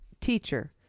teacher